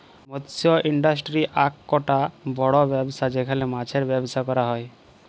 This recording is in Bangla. মৎস ইন্ডাস্ট্রি আককটা বড় ব্যবসা যেখালে মাছের ব্যবসা ক্যরা হ্যয়